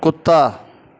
ਕੁੱਤਾ